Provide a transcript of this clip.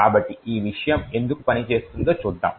కాబట్టి ఈ విషయం ఎందుకు పని చేస్తుందో చూద్దాం